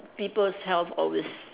people's health always